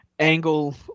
Angle